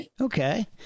okay